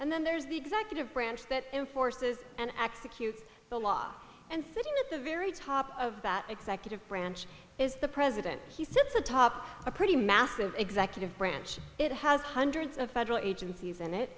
and then there's the executive branch that enforces and executes the law and thirty at the very top of that executive branch is the president he sits atop a pretty massive executive branch it has hundreds of federal agencies in it